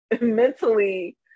mentally